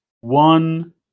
one